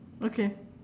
okay